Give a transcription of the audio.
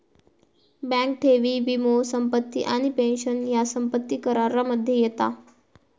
bank ठेवी, वीमो, संपत्ती आणि पेंशन ह्या संपत्ती करामध्ये येता